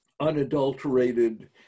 unadulterated